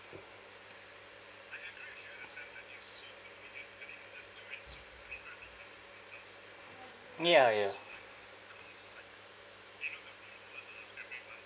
ya ya